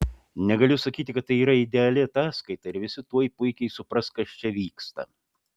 negaliu sakyti kad tai yra ideali ataskaita ir visi tuoj puikiai supras kas čia vyksta